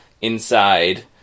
inside